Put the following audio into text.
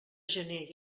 gener